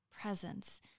presence